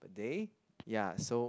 they ya so